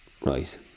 Right